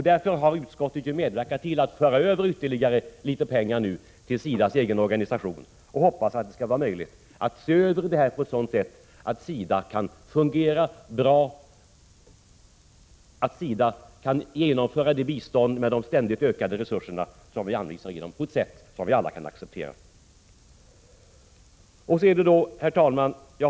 Därför har utskottet velat medverka till att föra över ytterligare litet pengar till SIDA:s egen organisation i hopp om att det skall vara möjligt att se över det hela, så att SIDA kan fungera bra och klara det allt större biståndet på ett sätt som alla kan acceptera. Herr talman!